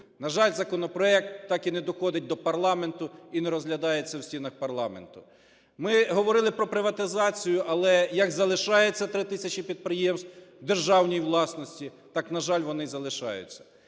На жаль, законопроект так і не доходить до парламенту і не розглядається в стінах парламенту. Ми говорили про приватизацію, але як залишається 3 тисячі підприємств у державній власності, так, на жаль, вони і залишаються.